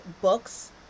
books